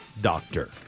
doctor